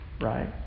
right